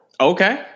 Okay